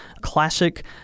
classic